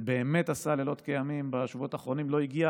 שבאמת עשה לילות כימים בשבועות האחרונים, לא הגיע